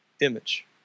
image